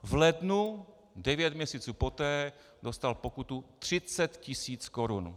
V lednu, devět měsíců poté, dostal pokutu 30 tisíc korun.